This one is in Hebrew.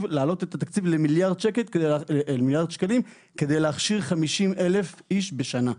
להעלות את התקציב למיליארד שקלים כדי להכשיר 50,000 איש בשנה.